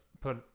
put